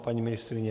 Paní ministryně?